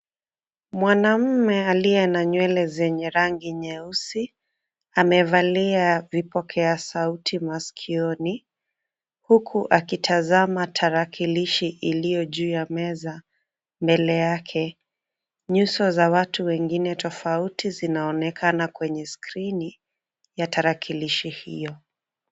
Mwanamume aliye na nywele zenye rangi nyeusi amevalia vipokea sauti masikioni huku akitazama tarakilishi iliyo juu ya meza mbele yake. Nyuso za watu wengine tofauti zinaonekana kwenye skrini ya tarakilishi hiyo.